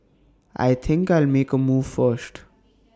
I think I'll make A move first